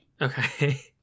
Okay